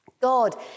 God